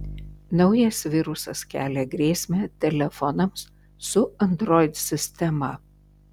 naujas virusas kelia grėsmę telefonams su android sistema